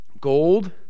Gold